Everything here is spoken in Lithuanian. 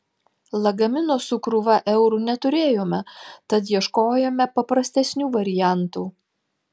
lagamino su krūva eurų neturėjome tad ieškojome paprastesnių variantų